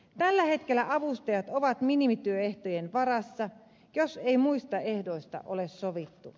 tällä hetkellä avustajat ovat minimityöehtojen varassa jos ei muista ehdoista ole sovittu